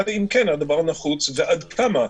אלא אם כן הדבר נחוץ ועד כמה,